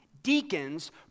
Deacons